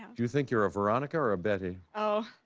um you think you are a veronica or a betty. ah